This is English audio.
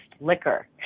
liquor